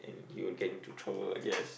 and you will get into trouble I guess